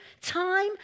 time